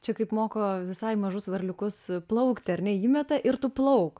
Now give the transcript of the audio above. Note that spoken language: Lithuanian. čia kaip moko visai mažus varliukus plaukti ar ne įmeta ir tu plauk